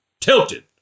Tilted